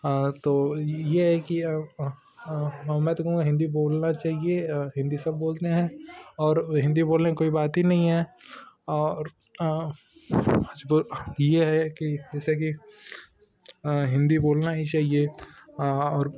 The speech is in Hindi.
तो ये है कि हमें तुम्हे हिंदी बोलना चाहिए हिंदी सब बोलते हैं और हिंदी बोलने में कोई बात हीं नहीं है और यह है कि जैसे कि हिन्दी बोलना ही चाहिए और